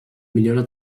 millora